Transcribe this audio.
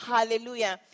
Hallelujah